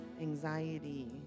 anxiety